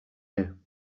here